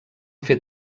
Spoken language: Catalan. fer